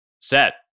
set